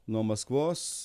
nuo maskvos